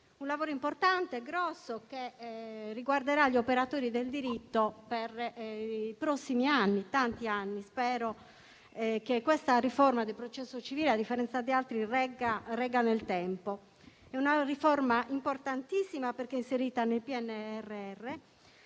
un lavoro importante e cospicuo, che riguarderà gli operatori del diritto per i prossimi anni, spero tanti. Auspico infatti che questa riforma del processo civile, a differenza di altre, regga nel tempo. Si tratta di una riforma importantissima, perché è inserita nel PNRR,